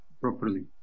properly